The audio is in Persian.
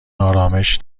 آرامش